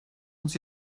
uns